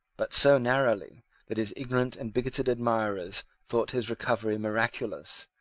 but so narrowly that his ignorant and bigoted admirers thought his recovery miraculous,